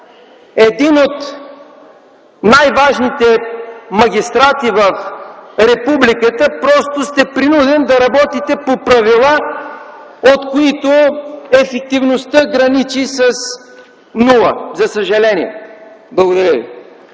един от най-важните магистрати в републиката сте принуден да работите по правила, по които ефективността граничи с нула, за съжаление! Благодаря.